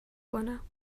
کنم